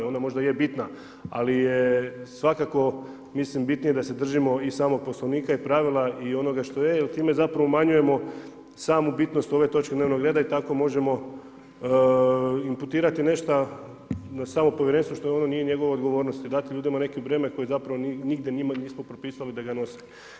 Ona možda je bitna, ali je svakako mislim bitnije da se držimo i samog Poslovnika i pravila i onoga što je jer time zapravo umanjujemo samu bitnost ove točke dnevnog reda i tako možemo imputirati nešto na samo Povjerenstvo što nije njegovo odgovornosti dat ljudima neko breme koje zapravo nigdje njima nismo propisali da ga nose.